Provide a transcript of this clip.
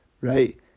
right